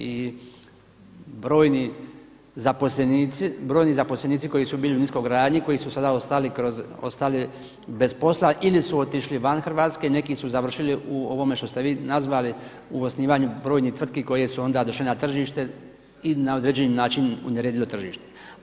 I brojni zaposlenici koji su bili u niskogradnji koji su sada ostali bez posla ili su otišli van Hrvatske, neki su završili u ovome što ste vi nazvali u osnivanju brojnih tvrtki koje su onda došle na tržište i na određeni način uneredilo tržište.